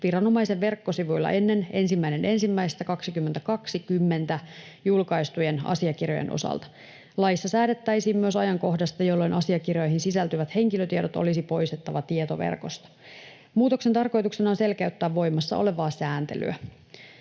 viranomaisen verkkosivuilla ennen 1.1.2020 julkaistujen asiakirjojen osalta. Laissa säädettäisiin myös ajankohdasta, jolloin asiakirjoihin sisältyvät henkilötiedot olisi poistettava tietoverkosta. Muutoksen tarkoituksena on selkeyttää voimassa olevaa sääntelyä.